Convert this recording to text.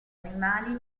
animali